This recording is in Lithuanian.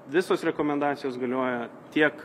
visos rekomendacijos galioja tiek